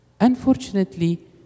Unfortunately